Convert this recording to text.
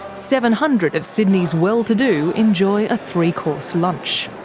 seven hundred of sydney's well-to-do enjoy a three-course lunch.